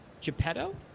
Geppetto